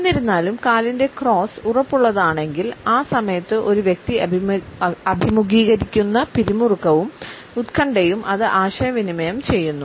എന്നിരുന്നാലും കാലിൻറെ ക്രോസ് ഉറപ്പുള്ളതാണെങ്കിൽ ആ സമയത്ത് ഒരു വ്യക്തി അഭിമുഖീകരിക്കുന്ന പിരിമുറുക്കവും ഉത്കണ്ഠയും അത് ആശയവിനിമയം ചെയ്യുന്നു